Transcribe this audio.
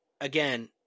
again